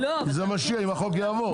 שהחוק יעבור.